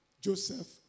Joseph